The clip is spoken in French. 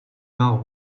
vin